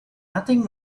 nothing